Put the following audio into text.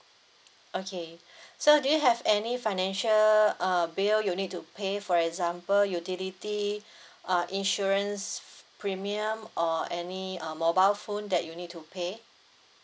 okay so do you have any financial err bill you need to pay for example utility uh insurance premium or any uh mobile phone that you need to pay